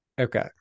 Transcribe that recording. okay